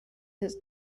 his